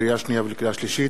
לקריאה שנייה ולקריאה שלישית: